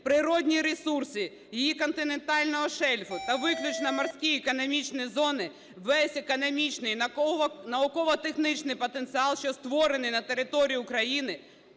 природні ресурси її континентального шельфу та виключної (морської) економічної зони, весь економічний і науково-технічний потенціал, що створений на території України,